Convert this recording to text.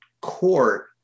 Court